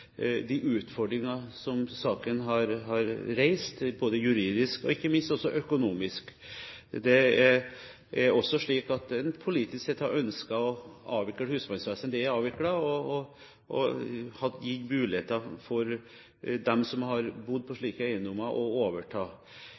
de utfordringene som saken har reist, både juridisk og ikke minst økonomisk. Det er også slik at man politisk sett har ønsket å avvikle husmannsvesenet – det er avviklet – og gi muligheter for dem som har bodd på slike eiendommer, til å overta.